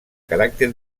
caràcter